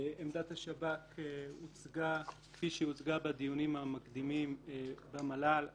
עמדת השב"כ הוצגה כפי שהוצגה בדיונים המקדימים במל"ל.